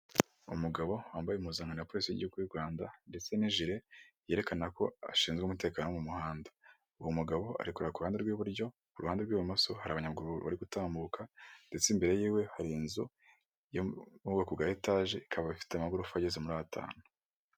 Umugabo wambaye impuzankano ya polisi y'igihugu y'u Rwanda ndetse n'ijire yerekana ko ashinzwe umutekano mu muhanda, uwo mugabo ari kureba ku ruhande rw'iburyo, ku ruhande rw'ibumoso hari abanyamaguru bari gutambuka ndetse imbere yiwe hari inzu yo mu bwoko bwa etaje, ikaba ifite amagorofa ageze muri atanu.